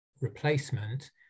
replacement